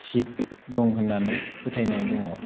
शिब दं होननानै फोथायनाय दङ